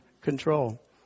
control